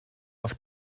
auf